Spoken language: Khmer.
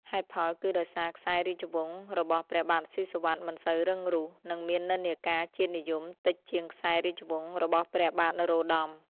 ហេតុផលគឺដោយសារខ្សែរាជវង្សរបស់ព្រះបាទស៊ីសុវត្ថិមិនសូវរឹងរូស និងមាននិន្នាការជាតិនិយមតិចជាងខ្សែរាជវង្សរបស់ព្រះបាទនរោត្តម។